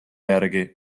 järgi